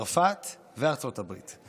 צרפת וארצות הברית.